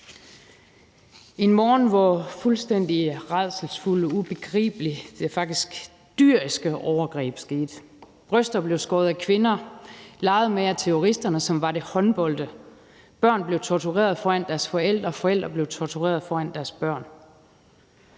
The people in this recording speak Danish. en morgen, hvor fuldstændig rædselsfulde, ubegribelige og ja, faktisk dyriske overgreb skete. Bryster blev skåret af kvinder og leget med af terroristerne, som var de håndbolde. Børn blev tortureret foran deres forældre, og forældre blev tortureret foran deres børn.